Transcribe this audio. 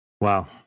Wow